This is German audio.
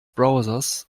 browsers